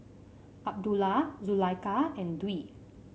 Abdullah Zulaikha and Dwi